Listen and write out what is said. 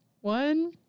one